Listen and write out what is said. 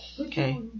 Okay